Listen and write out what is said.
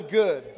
good